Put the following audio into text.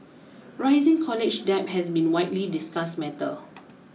rising college debt has been widely discussed matter